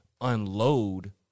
unload